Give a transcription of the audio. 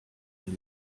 mir